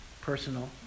personal